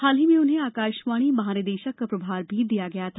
हाल ही में उन्हें आकाशवाणी महानिदेशक का प्रभार भी दिया गया था